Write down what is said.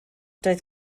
doedd